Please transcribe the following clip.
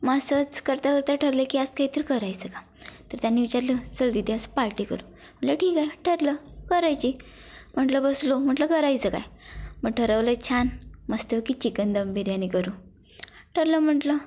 मग असंच करता करता ठरलं की आज काहीतरी करायचं का तर त्यांनी विचारलं चल दिदी आज पार्टी करू म्हटलं ठीक आहे ठरलं करायची म्हटलं बसलो म्हटलं करायचं काय मग ठरवलं छान मस्तपैकी चिकन दम बिर्याणी करू ठरलं म्हटलं